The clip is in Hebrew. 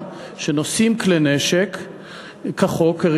שנושאים כלי נשק כחוק,